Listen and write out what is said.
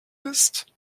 bist